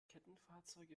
kettenfahrzeuge